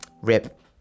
Rip